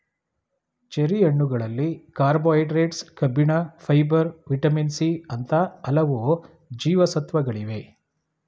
cherry ಹಣ್ಣುಗಳಲ್ಲಿ carbohydrates, ಕಬ್ಬಿಣ, fibre, vitamin C ಅಂತ ಹಲವು ಜೀವಸತ್ವಗಳಿವೆ